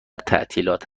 تعطیلات